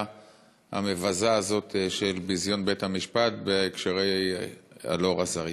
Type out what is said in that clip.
המבזה הזאת של ביזיון בית-המשפט בהקשרי אלאור אזריה.